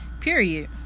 period